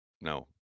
No